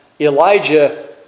Elijah